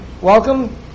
welcome